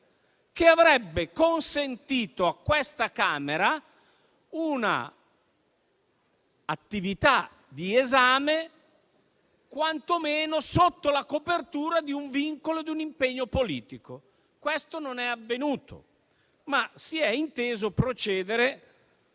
che avrebbe consentito a questa Camera un'attività di esame quantomeno sotto la copertura del vincolo di un impegno politico. Questo non è avvenuto, ma si è inteso procedere